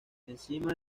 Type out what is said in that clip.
encima